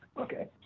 Okay